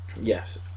yes